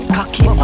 Cocky